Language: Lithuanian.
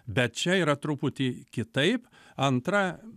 bet čia yra truputį kitaip antra